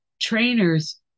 Trainers